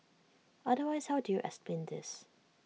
otherwise how do you explain this